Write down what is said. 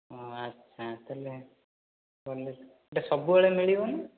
ଆଚ୍ଛା ତାହେଲେ ଗଲେ ଏଟା ସବୁଆଡ଼େ ମିଳିବ ନା